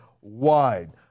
wide